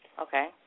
Okay